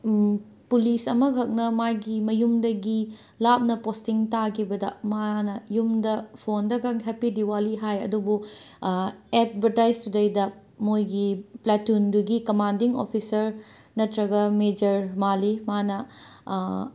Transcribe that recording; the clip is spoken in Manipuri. ꯄꯨꯂꯤꯁ ꯑꯃꯈꯛꯅ ꯃꯥꯒꯤ ꯃꯌꯨꯝꯗꯒꯤ ꯂꯥꯞꯅ ꯄꯣꯁꯇꯤꯡ ꯇꯥꯈꯤꯕꯗ ꯃꯥꯅ ꯌꯨꯝꯗ ꯐꯣꯟꯗꯒꯪ ꯍꯦꯄꯤ ꯗꯤꯋꯥꯂꯤ ꯍꯥꯏ ꯑꯗꯨꯕꯨ ꯑꯦꯠꯕꯔꯇꯥꯏꯖꯇꯨꯗꯩꯗ ꯃꯣꯏꯒꯤ ꯄ꯭ꯂꯦꯇꯨꯟꯗꯨꯒꯤ ꯀꯃꯥꯟꯗꯤꯡ ꯑꯣꯐꯤꯁꯥꯔ ꯅꯠꯇ꯭ꯔꯒ ꯃꯦꯖꯔ ꯃꯥꯜꯂꯤ ꯃꯥꯅ